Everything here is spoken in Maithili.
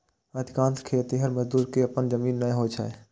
अधिकांश खेतिहर मजदूर कें अपन जमीन नै होइ छै